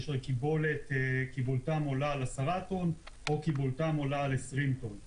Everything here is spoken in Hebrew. יש "קיבולתם עולה על 10 טון" או "קיבולתם עולה על 20 טון".